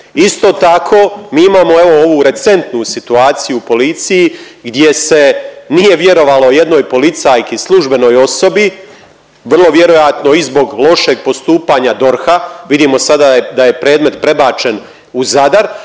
Isto tako mi imamo evo ovu recentnu situaciju u policiji gdje se nije vjerovalo jednoj policajki, službenoj osobi, vrlo vjerojatno i zbog lošeg postupanja DORH-a, vidimo sada da je predmet prebačen u Zadar,